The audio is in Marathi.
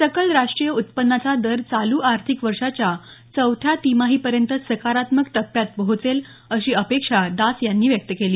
सकल राष्ट्रीय उत्पन्नाचा दर चालू आर्थिक वर्षाच्या चौथ्या तिमाहीपर्यंत सकारात्मक टप्प्यात पोहोचेल अशी अपेक्षा दास यांनी व्यक्त केली